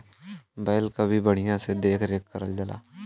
बैल क भी बढ़िया से देख रेख करल जाला